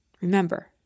Remember